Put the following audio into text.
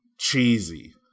cheesy